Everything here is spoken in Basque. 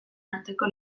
arteko